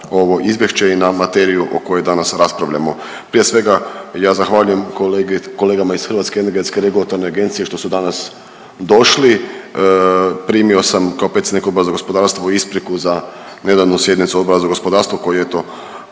ovo izvješće i na materiju o kojoj danas raspravljamo. Prije svega ja zahvaljujem kolegi, kolegama iz Hrvatske energetske regulatorne agencije što su danas došli. Primio sam kao predsjednik Odbora za gospodarstvo ispriku za nedavnu sjednicu Odbora za gospodarstvo koji je eto